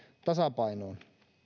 tasapainoon